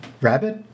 Rabbit